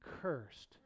cursed